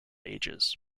ages